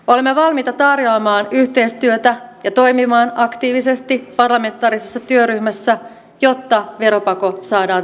olemme valmiita tarjoamaan yhteistyötä ja toimimaan aktiivisesti parlamentaarisessa työryhmässä jotta veropako saadaan tilkittyä